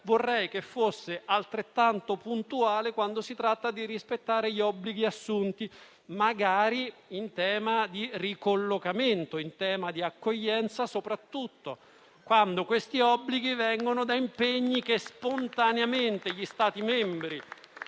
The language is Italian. Vorrei che fosse altrettanto puntuale quando si tratta di rispettare gli obblighi assunti magari in tema di ricollocamento e di accoglienza, soprattutto quando questi obblighi vengono da impegni che gli Stati membri